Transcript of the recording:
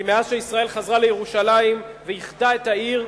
כי מאז שישראל חזרה לירושלים ואיחדה את העיר,